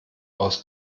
aus